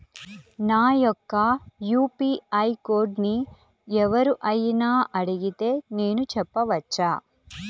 నా యొక్క యూ.పీ.ఐ కోడ్ని ఎవరు అయినా అడిగితే నేను చెప్పవచ్చా?